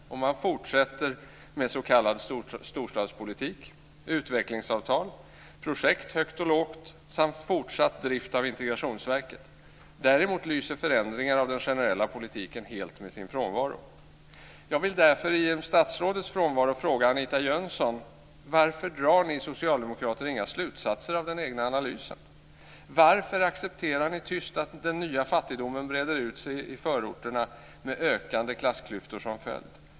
Man fortsätter med s.k. storstadspolitik, utvecklingsavtal, projekt högt och lågt samt fortsatt drift av Integrationsverket. Däremot lyser förändringar av den generella politiken helt med sin frånvaro. Jönsson: Varför drar ni socialdemokrater inga slutsatser av den egna analysen? Varför accepterar ni tyst att den nya fattigdomen breder ut sig i förorterna med ökande klassklyftor som följd?